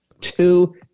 Two